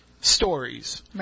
stories